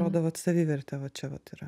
rodo vat savivertė va čia vat yra